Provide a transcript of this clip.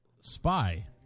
spy